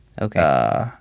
Okay